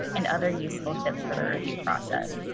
and other useful tips for the review process.